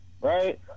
right